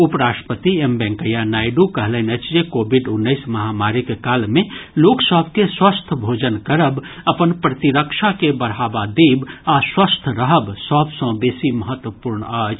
उपराष्ट्रपति एम वेंकैया नायडू कहलनि अछि जे कोविड उन्नैस महामारीक काल मे लोकसभ के स्वस्थ भोजन करब अपन प्रतिरक्षा के बढ़ावा देब आ स्वस्थ रहब सभ सॅ बेसी महत्वपूर्ण अछि